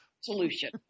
solution